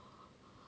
我的是来